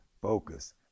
focus